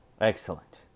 Excellent